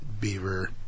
Beaver